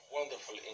wonderful